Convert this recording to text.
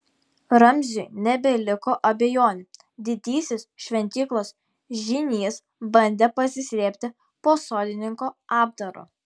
ramziui nebeliko abejonių didysis šventyklos žynys bandė pasislėpti po sodininko apdaru